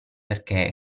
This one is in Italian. perché